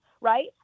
Right